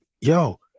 yo